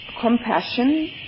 compassion